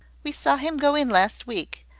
we saw him go in last week,